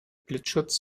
blitzschutz